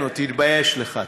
תתבייש לך.